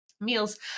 meals